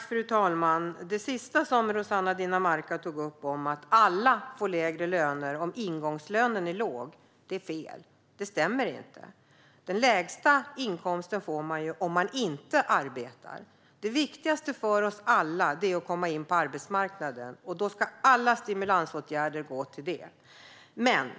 Fru talman! Det sista Rossana Dinamarca tog upp, att alla får lägre löner om ingångslönen är låg, är fel. Det stämmer inte. Den lägsta inkomsten får man om man inte arbetar. Det viktigaste för oss alla är att komma in på arbetsmarknaden, och därför ska alla stimulansåtgärder gå till det.